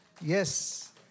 yes